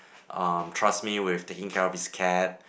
uh trust me with taking care of his cat